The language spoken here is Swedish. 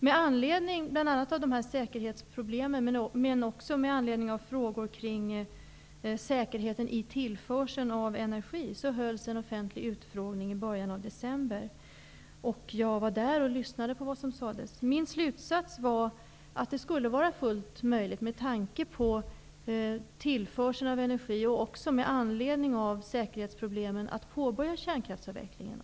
Med anledning av bl.a. säkerhetsproblemen, men också med anledning av frågor kring säkerheten i tillförseln av energi, hölls en offentlig utfrågning i början av december. Jag var där och lyssnade på vad som sades. Min slutsats var att det med tanke på tillförseln av energi och med anledning av säkerhetsproblemen skulle vara fullt möjligt att påbörja kärnkraftsavvecklingen.